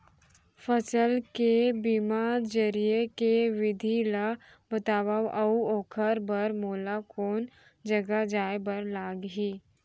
फसल के बीमा जरिए के विधि ला बतावव अऊ ओखर बर मोला कोन जगह जाए बर लागही?